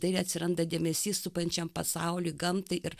dailėj neatsiranda dėmesys supančiam pasauliui gamtai ir